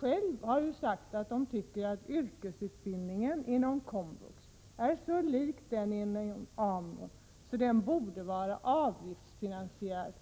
SÖ har ju också sagt att yrkesutbildningen inom komvux är så lik den inom AMU att den borde vara avgiftsfinansierad